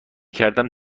کردم